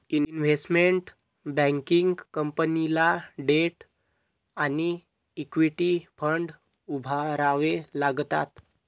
investment banking कंपनीला debt आणि equity fund उभारावे लागतात